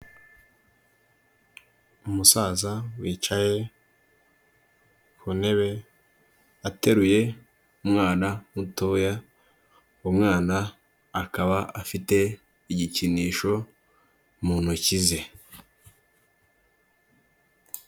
Umusaza wicaye ku ntebe ateruye umwana mutoya, umwana akaba afite igikinisho mu ntoki ze.